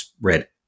read